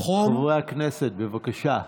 חברי הכנסת, בבקשה.